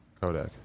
Kodak